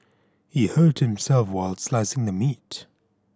he hurt himself while slicing the meat